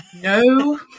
No